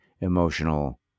emotional